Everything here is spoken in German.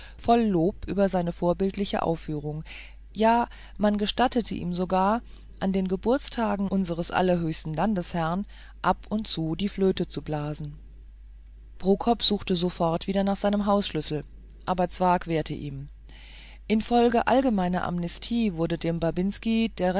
lob über seine vorbildliche aufführung ja man gestattete ihm sogar an den geburtstagen unseres allerhöchsten landesherrn ab und zu die flöte zu blasen prokop suchte sofort wieder nach seinem hausschlüssel aber zwakh wehrte ihm infolge allgemeiner amnestie wurde dem babinski der